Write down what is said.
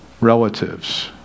relatives